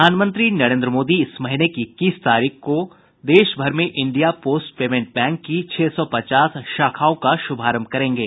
प्रधानमंत्री नरेन्द्र मोदी इस महीने की इक्कीस तारीख को देश भर में इंडिया पोस्ट पेमेंट बैंक की छह सौ पचास शाखाओं का शुभारंभ करेंगे